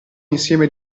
insieme